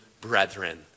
brethren